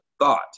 thought